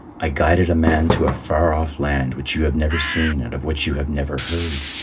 i guided a man to a far-off land which you have never seen and of which you have never heard.